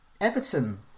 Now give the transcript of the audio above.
Everton